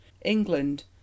England